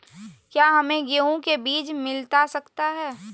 क्या हमे गेंहू के बीज मिलता सकता है?